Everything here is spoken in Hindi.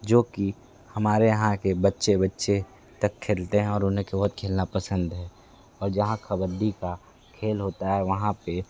जो कि हमारे यहाँ के बच्चे बच्चे तक खेलते हैं और उन्हें केवल खेलना पसंद है और जहाँ कबड्डी का खेल होता है वहाँ पर